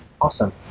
awesome